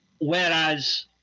Whereas